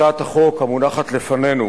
הצעת החוק המונחת לפנינו